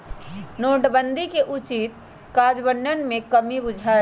नोटबन्दि के उचित काजन्वयन में कम्मि बुझायल